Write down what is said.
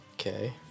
Okay